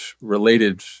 related